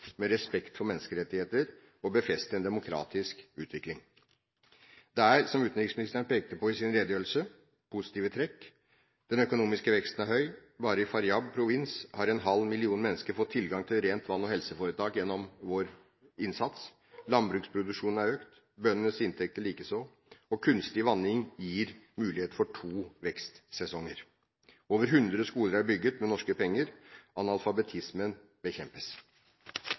med respekt for menneskerettigheter og befeste en demokratisk utvikling. Det er, som utenriksministeren pekte på i sin redegjørelse, positive trekk. Den økonomiske veksten er høy. Bare i Faryab-provinsen har en halv million mennesker fått tilgang på rent vann og helseforetak gjennom vår innsats, landbruksproduksjonen er økt, bøndenes inntekter likeså, og kunstig vanning gir mulighet for to vekstsesonger. Over 100 skoler er bygget med norske penger, analfabetismen bekjempes.